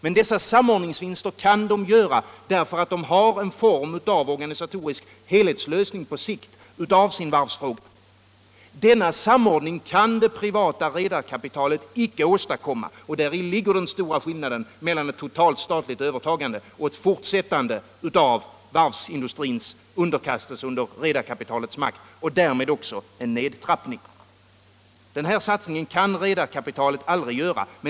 Men samordningsvinsterna kan de göra därför att de har en form av organisatorisk helhetslösning på sikt av sin varvsfråga. Denna samordning kan det privata redarkapitalet inte åstadkomma, och däri ligger den stora skillnaden mellan ett totalt statligt övertagande och ett fortsättande av varvsindustrins underkastelse under redarkapitalets makt och därmed också en nedtrappning. Den här satsningen kan redarkapitalet aldrig göra.